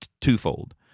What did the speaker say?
twofold